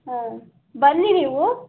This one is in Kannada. ಹಾಂ ಬನ್ನಿ ನೀವು